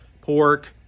pork